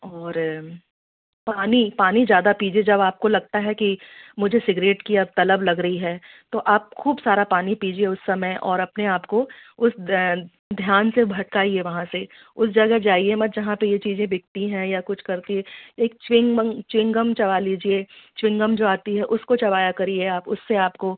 और पानी पानी ज़्यादा पीजिए जब आपको लगता है कि मुझे सिगरेट की अब तलब लग रही है तो आप ख़ूब सारा पानी पीजिए उस समय और अपने आपको उस ब्रे ध्यान से भटकाइए वहाँ से उस जगह जाइए मत जहाँ पर यह चीज़ें बिकती हैं या कुछ करती हैं एक चिम्बम चिं गम चबा लीजिए च्विं गम जो आती है उसको चबाया करिए आप उससे आपको